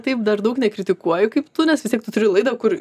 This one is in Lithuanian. taip dar daug nekritikuoju kaip tu nes vis tiek tu turi laidą kur